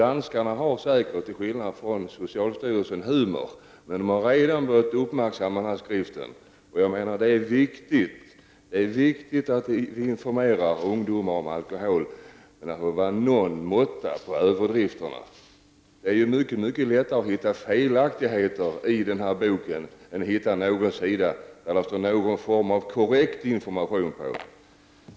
Danskarna har säkert — till skillnad från socialstyrelsen — humor, men de har redan börjat uppmärksamma denna skrift. Det är viktigt att vi informerar ungdomar om alkohol, men det får vara någon måtta på överdrifterna. Det är mycket lättare att hitta felaktigheter i denna bok än att hitta någon sida där det finns någon form av korrekt information.